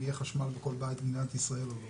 יהיה חשמל בכל בית במדינת ישראל או לא,